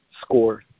score